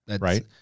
Right